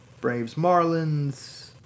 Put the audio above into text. Braves-Marlins